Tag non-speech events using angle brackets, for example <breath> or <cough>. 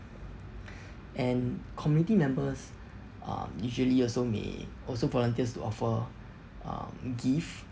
<breath> and community members um usually also may also volunteers to offer um gift